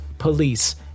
police